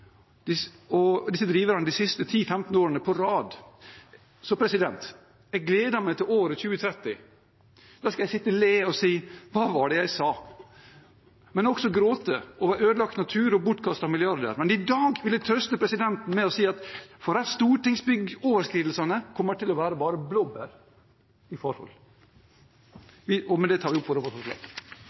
driverne de 10–15 siste årene på rad. Jeg gleder meg til året 2030. Da skal jeg sitte og le og si «Hva var det jeg sa?» – men også gråte over ødelagt natur og bortkastede milliarder. Men i dag vil jeg trøste presidenten med å si at stortingsbyggoverskridelsene kommer til å være bare blåbær i forhold. Med det tar jeg opp vårt forslag. Representanten Per Espen Stoknes har tatt opp det forslaget han refererte til. Presidenten vil minne representanten om å